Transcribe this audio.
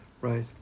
right